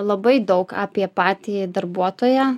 labai daug apie patį darbuotoją